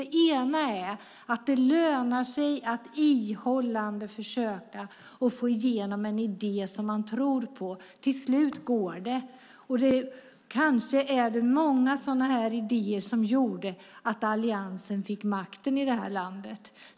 En av dem är att det lönar sig att ihållande försöka få igenom en idé som man tror på. Till slut går det! Kanske är det många sådana här idéer som gjorde att Alliansen fick makten i det här landet.